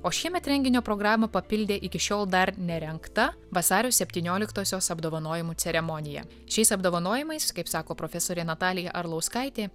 o šiemet renginio programą papildė iki šiol dar nerengta vasario septynioliktosios apdovanojimų ceremonija šiais apdovanojimais kaip sako profesorė natalija arlauskaitė